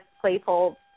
playful